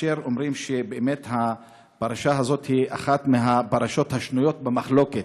כאשר אומרים שבאמת הפרשה הזאת היא אחת מהפרשות השנויות במחלוקת